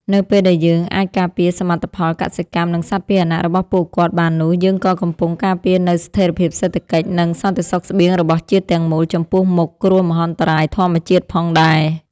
នៅពេលដែលយើងអាចការពារសមិទ្ធផលកសិកម្ម និងសត្វពាហនៈរបស់ពួកគាត់បាននោះយើងក៏កំពុងការពារនូវស្ថិរភាពសេដ្ឋកិច្ច និងសន្តិសុខស្បៀងរបស់ជាតិទាំងមូលចំពោះមុខគ្រោះមហន្តរាយធម្មជាតិផងដែរ។